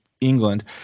England